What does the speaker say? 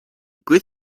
good